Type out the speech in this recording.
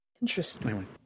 interesting